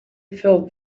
filled